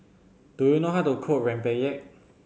do you know how to cook Rempeyek